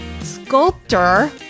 sculptor